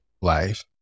life